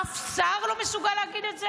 אף שר לא מסוגל להגיד את זה?